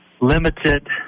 limited